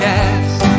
Cast